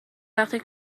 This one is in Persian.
وقتی